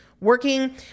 working